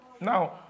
Now